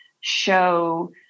show